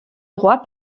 roi